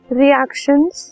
reactions